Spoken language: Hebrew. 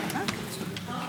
הממלכתי.